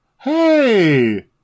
Hey